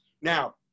Now